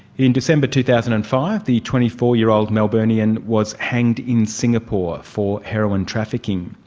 in december two thousand and five the twenty four year old melburnian was hanged in singapore for heroin trafficking.